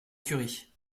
curie